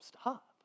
Stop